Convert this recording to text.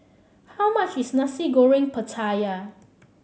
how much is Nasi Goreng Pattaya